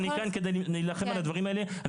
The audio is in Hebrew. אני כאן כדי להילחם על הדברים האלה.